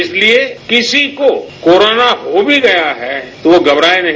इसलिये किसी को कोरोना हो भी गया है तो वह घबराये नहीं